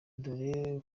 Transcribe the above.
dore